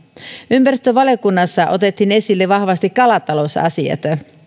ympäristövaliokunnassa otettiin esille vahvasti kalatalousasiat